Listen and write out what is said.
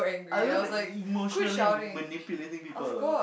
I love emotionally manipulating people